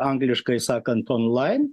angliškai sakant onlain